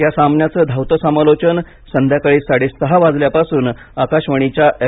या सामान्याचं धावतं समालोचन संध्याकाळी साडेसहा वाजल्यापासून आकाशवाणीच्या एफ